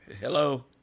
hello